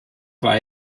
war